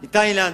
מתאילנד,